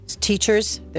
teachers